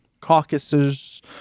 caucuses